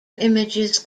images